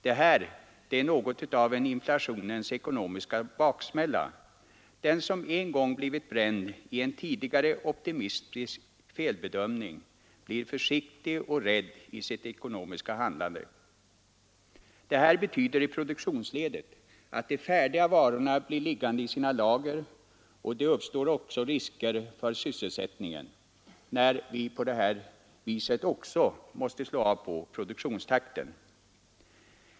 Detta är inflationens ekonomiska baksmälla. Den som en gång blivit bränd i en tidigare optimistisk felbedömning blir försiktig och rädd i sitt ekonomiska handlande. Detta betyder i produktionsledet att de färdiga varorna blir liggande i sina lager. Det uppstår också risker för sysselsättningen, när vi på detta sätt måste slå av på produktionstakten.